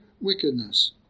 wickedness